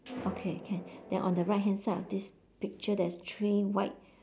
okay can then on the right hand side of this picture there's three white